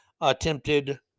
attempted